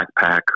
backpack